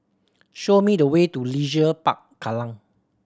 show me the way to Leisure Park Kallang